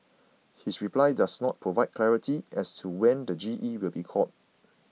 his reply does not provide clarity as to when the G E will be called